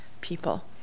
people